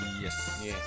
Yes